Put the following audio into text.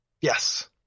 Yes